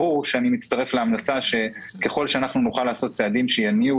ברור שאני מצטרף להמלצה שככל שנוכל לעשות צעדים שיניעו